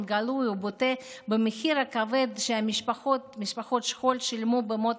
גלוי ובוטה במחיר הכבד שמשפחות שכול שילמו במות